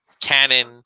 canon